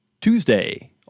Tuesday